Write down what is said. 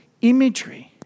imagery